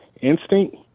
instinct